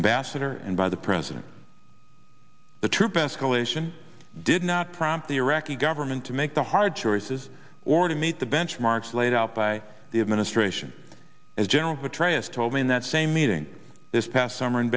ambassador and by the president the troop escalation did not prompt the iraqi government to make the hard choices or to meet the benchmarks laid out by the administration as general petraeus told me in that same meeting this past summer in